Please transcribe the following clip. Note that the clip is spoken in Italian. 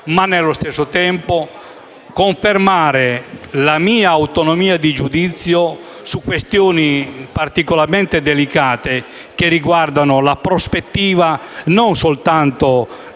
ma nello stesso tempo volendo confermare la mia autonomia di giudizio su questioni particolarmente delicate che riguardano la prospettiva non soltanto